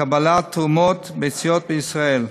לקבלת תרומת ביציות בישראל.